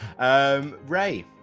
Ray